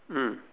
mm